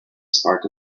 spark